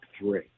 three